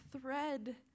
thread